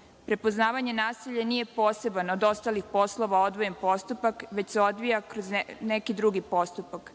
poslova. Prepoznavanje nasilja nije poseban od ostalih poslova odvojeni postupak, već se odvija kroz neki drugi postupak.